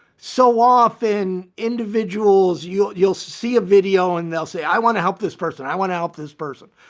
so often individuals, you'll you'll see a video and they'll say, i want to help this person, i want to help this person.